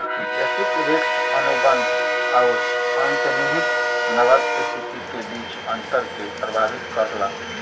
basis risk अनुबंध आउर अंतर्निहित नकद स्थिति के बीच अंतर के प्रभावित करला